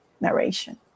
narration